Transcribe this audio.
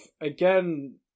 again